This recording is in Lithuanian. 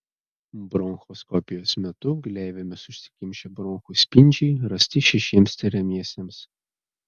bronchoskopijos metu gleivėmis užsikimšę bronchų spindžiai rasti šešiems tiriamiesiems